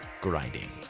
grinding